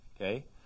Okay